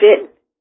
fit